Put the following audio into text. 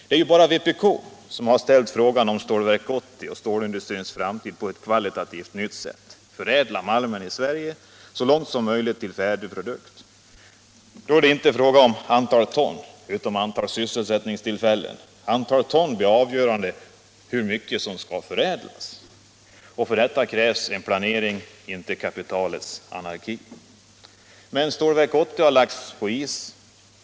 Det är bara vpk som ställt frågan om Stålverk 80 och stålindustrins framtid på ett kvalitativt nytt sätt: Förädla malmen i Sverige så långt som möjligt till färdig produkt! Då är det inte fråga om antal ton utan om sysselsättningstillfällen. Antalet ton blir i stället avgörande för hur mycket som skall förädlas. För detta krävs en planering — inte kapitalets anarki. Men Stålverk 80 har lagts på is.